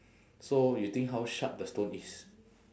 so you think how sharp the stone is